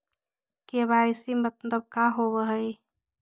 KYC मतलब का होव हइ?